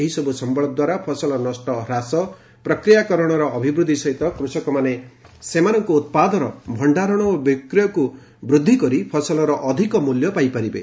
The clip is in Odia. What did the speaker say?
ଏହିସବୁ ସମ୍ଭଳ ଦ୍ୱାରା ଫସଲ ନଷ୍ଟ ହ୍ରାସ ପ୍ରକ୍ରିୟାକରଣର ଅଭିବୃଦ୍ଧି ସହିତ କୁଷକମାନେ ସେମାନଙ୍କ ଉତ୍ପାଦର ଭଣ୍ଡାରଣ ଓ ବିକ୍ରୟକୁ ବୃଦ୍ଧି କରି ଫସଲର ଅଧିକ ମୂଲ୍ୟ ପାଇପାରିବେ